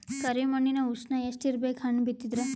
ಕರಿ ಮಣ್ಣಿನ ಉಷ್ಣ ಎಷ್ಟ ಇರಬೇಕು ಹಣ್ಣು ಬಿತ್ತಿದರ?